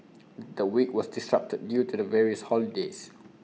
the week was disrupted due to the various holidays